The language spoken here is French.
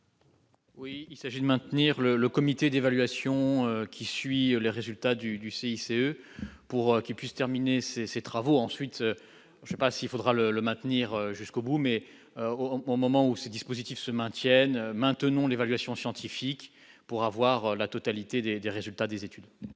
Oui, il s'agit de maintenir le le comité d'évaluation qui suit les résultats du du CICE pour qu'ils puissent terminer ses ses travaux, ensuite je passe, il faudra le le maintenir jusqu'au bout, mais au moment où ce dispositif se maintiennent maintenons l'évaluation scientifique pour avoir la totalité des, des résultats des études.